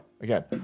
Again